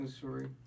Sorry